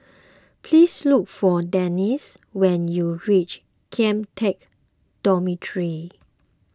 please look for Dennis when you reach Kian Teck Dormitory